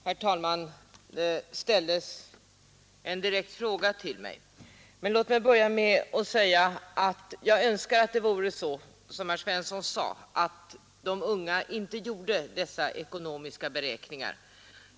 Herr talman! Det ställdes en direkt fråga till mig. Men låt mig börja med att säga att jag önskar att det vore så som herr Svensson i Kungälv sade, nämligen att de unga inte gjorde dessa ekonomiska beräkningar.